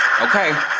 okay